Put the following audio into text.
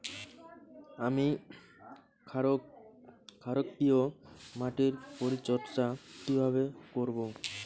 আমি ক্ষারকীয় মাটির পরিচর্যা কিভাবে করব?